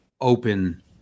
open